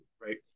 right